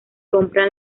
compra